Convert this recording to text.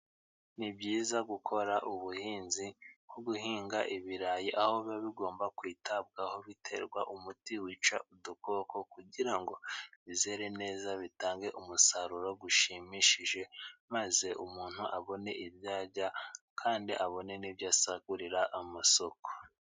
Ni byiza gukora ubuhinzi nko guhinga ibirayi, aho biba bigomba kwitabwaho, biterwa umuti wica udukoko kugira ngo bizere neza, bitange umusaruro ushimishije, maze umuntu abone ibyo arya kandi abone n'ibyo asagurira amasoko.